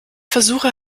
versuche